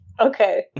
Okay